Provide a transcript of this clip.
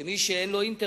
שלפיו מי שאין לו אינטרנט,